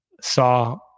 saw